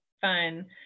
Fun